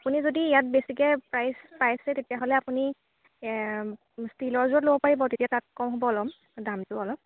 আপুনি যদি ইয়াত বেছিকে প্ৰাইছ পাইছে তেতিয়াহ'লে আপুনি ষ্টীলৰ যোৰত ল'ব পাৰিব তেতিয়া তাত কম হ'ব অলপ দামটো অলপ